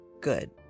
Good